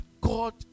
God